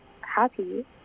happy